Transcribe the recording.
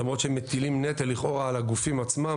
למרות שהם מטילים נטל לכאורה על הגופים עצמם,